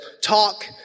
Talk